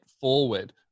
forward